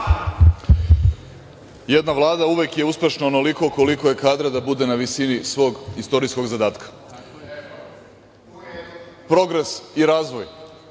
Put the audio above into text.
Jedna vlada je uvek uspešna onoliko koliko je kadra da bude na visini svog istorijskog zadatka. Progres i razvoj